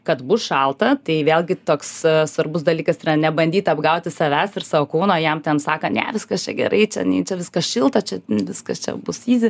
kad bus šalta tai vėlgi toks svarbus dalykas yra nebandyt apgauti savęs ir savo kūno jam ten sakan ne viskas čia gerai nei čia viskas šilta čia viskas čia bus yzi